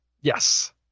Yes